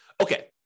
Okay